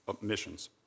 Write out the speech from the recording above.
Missions